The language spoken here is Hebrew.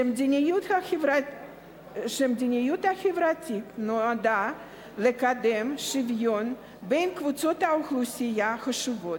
ש"המדיניות החברתית נועדה לקדם שוויון בין קבוצות האוכלוסייה השונות.